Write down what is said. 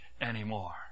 anymore